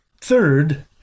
Third